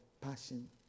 passion